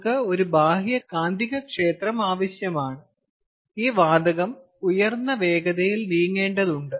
നമുക്ക് ഒരു ബാഹ്യ കാന്തികക്ഷേത്രം ആവശ്യമാണ് ഈ വാതകം ഉയർന്ന വേഗതയിൽ നീങ്ങേണ്ടതുണ്ട്